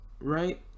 right